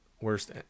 worst